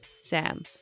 Sam